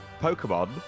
Pokemon